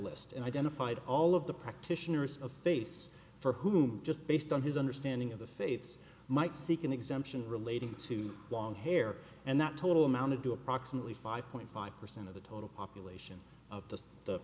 list and identified all of the practitioners of face for whom just based on his understanding of the faiths might seek an exemption relating to long hair and that total amount to do approximately five point five percent of the total population of the the